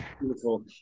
beautiful